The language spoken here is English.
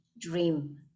dream